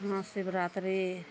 हँ शिवरात्रि